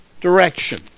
direction